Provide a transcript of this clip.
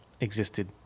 existed